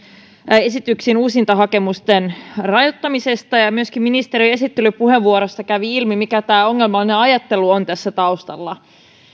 näihin esityksiin uusintahakemusten rajoittamisesta myöskin ministerin esittelypuheenvuorossa kävi ilmi mikä tämä ongelmallinen ajattelu tässä taustalla on